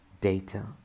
data